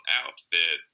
outfit